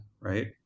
right